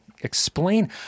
explain